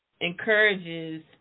encourages